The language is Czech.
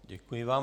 Děkuji vám.